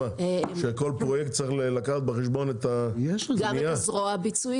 שבכל פרויקט צריך לקחת בחשבון גם את הזרוע הביצועית?